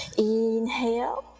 inhale,